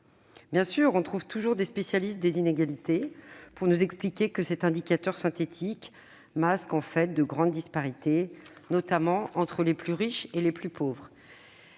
Bien sûr, on trouve toujours des spécialistes des inégalités pour expliquer que cet indicateur synthétique masque, en fait, de grandes disparités, notamment entre les plus riches et les plus pauvres.